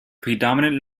predominant